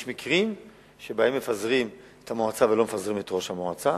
יש מקרים שבהם מפזרים את המועצה ולא מדיחים את ראש המועצה.